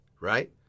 right